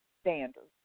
standards